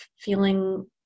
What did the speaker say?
feeling